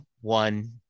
one